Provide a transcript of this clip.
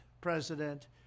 president